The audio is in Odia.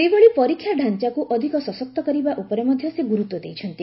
ସେହିଭଳି ପରୀକ୍ଷା ଢାଞ୍ଚାକୁ ଅଧିକ ସଶକ୍ତ କରିବା ଉପରେ ମଧ୍ୟ ସେ ଗୁରୁତ୍ୱ ଦେଇଛନ୍ତି